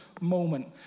moment